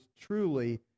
truly